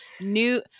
new